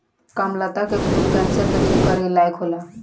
कामलता के फूल कैंसर के ठीक करे लायक होला